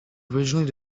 originally